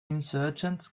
insurgents